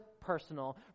personal